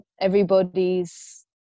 everybody's